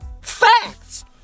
Facts